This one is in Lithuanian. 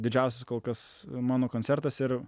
didžiausias kol kas mano koncertas ir